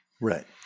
Right